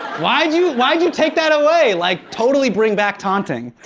why'd you why'd you take that away? like, totally bring back taunting.